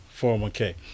401K